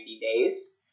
days